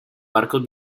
barcos